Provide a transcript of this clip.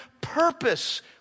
purpose